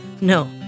No